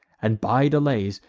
and, by delays,